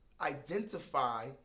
identify